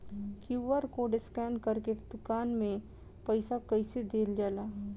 QR code scan करके दुकान में पईसा कइसे देल जाला?